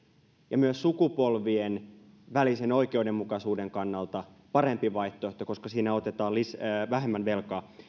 ja myös sukupolvien välisen oikeudenmukaisuuden kannalta parempi vaihtoehto koska siinä otetaan vähemmän velkaa